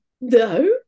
no